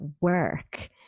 work